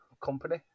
company